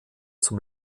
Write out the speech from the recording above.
zum